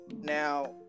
now